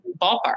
ballpark